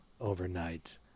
overnight